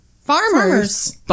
Farmers